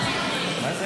אדוני